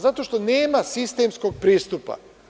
Zato što nema sistemskog pristupa.